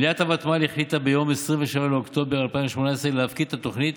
מליאת הוותמ"ל החליטה ביום 27 באוקטובר 2018 להפקיד את התוכנית.